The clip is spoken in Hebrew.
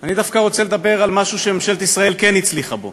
אני דווקא רוצה לדבר על משהו שממשלת ישראל כן הצליחה בו.